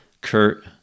Kurt